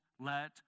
let